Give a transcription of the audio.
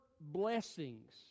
blessings